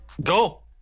Go